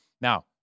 Now